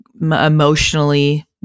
emotionally